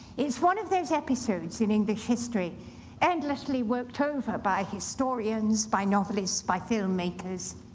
it's one of those episodes in english history endlessly worked over by historians, by novelists, by filmmakers.